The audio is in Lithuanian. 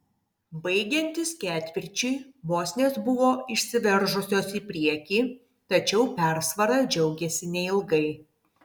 baigiantis ketvirčiui bosnės buvo išsiveržusios į priekį tačiau persvara džiaugėsi neilgai